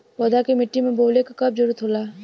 पौधा के मिट्टी में बोवले क कब जरूरत होला